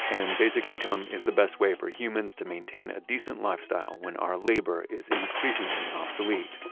and basic income is the best way for humans to maintain a decent lifestyle when our labor is increasingly obsolete.